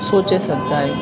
सोचे सघंदा आहियूं